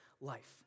life